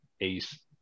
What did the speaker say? ace